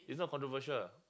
it's not controversial